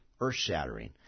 earth-shattering